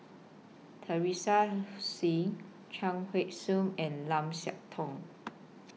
Teresa Hsu Chuang Hui Tsuan and Lim Siah Tong